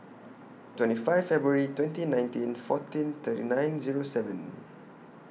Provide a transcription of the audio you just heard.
twenty five February twenty nineteen fourteen thirty nine Zero seven